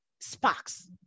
Sparks